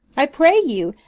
i pray you,